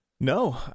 No